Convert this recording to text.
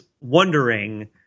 wondering